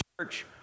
church